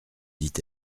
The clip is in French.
dit